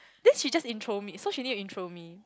then she just intro me so she need to intro me